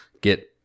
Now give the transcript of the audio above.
get